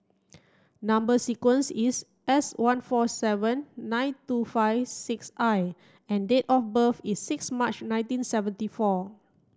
number sequence is S one four seven nine two five six I and date of birth is six March nineteen seventy four